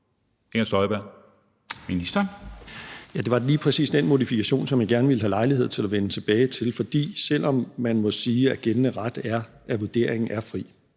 (Nick Hækkerup): Det var lige præcis den modifikation, som jeg gerne ville have lejlighed til at vende tilbage til, for selv om man må sige, at gældende ret er, at vurderingen er fri,